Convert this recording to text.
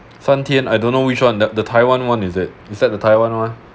san tian I don't know which one the the taiwan one is it is that the taiwan one